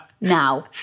now